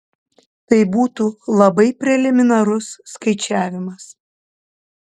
tai būtų labai preliminarus skaičiavimas